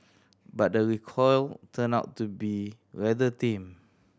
but the recoil turned out to be rather tame